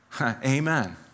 Amen